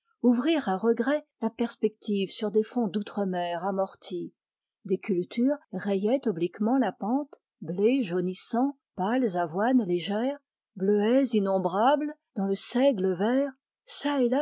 ouvrir à regret la perspective sur des fonds d'outremer amorti des cultures rayaient obliquement la pente blés jaunissants pâles avoines légères bluets innombrables dans le seigle vert